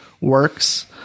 works